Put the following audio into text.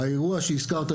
האירוע שהזכרת,